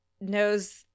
knows